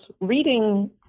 reading